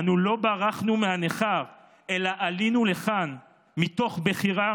אנו לא ברחנו מהניכר אלא עלינו לכאן מתוך בחירה